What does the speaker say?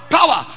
Power